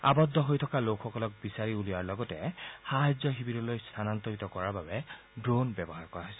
আৱদ্ধ হৈ থকা লোকসকলক বিচাৰি উলিওৱাৰ লগতে সাহায্য শিবিৰলৈ স্থানান্তৰিত কৰাৰ বাবে ড্ৰণ ব্যৱহাৰ কৰা হৈছে